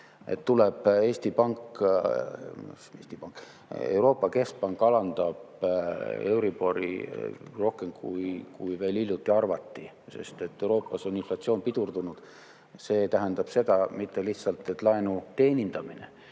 tõenäoline. Euroopa Keskpank alandab euribori rohkem, kui veel hiljuti arvati, sest Euroopas on inflatsioon pidurdunud. See tähendab seda, et mitte ainult laenu teenindamine